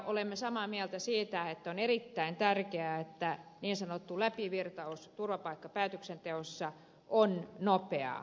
olemme samaa mieltä siitä että on erittäin tärkeää että niin sanottu läpivirtaus turvapaikkapäätöksenteossa on nopeaa